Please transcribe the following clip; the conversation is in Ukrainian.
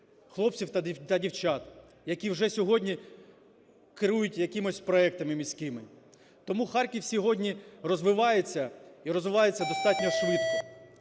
хлопців та дівчат, які вже сьогодні керують якимись проектами міськими. Тому Харків сьогодні розвивається і розвивається достатньо швидко.